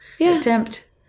attempt